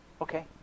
Okay